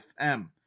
FM